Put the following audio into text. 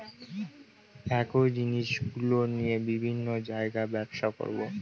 একই জিনিসগুলো নিয়ে বিভিন্ন জায়গায় ব্যবসা করবো